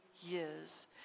years